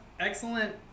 excellent